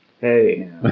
Hey